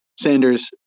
Sanders